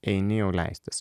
eini jau leistis